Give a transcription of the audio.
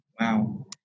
Wow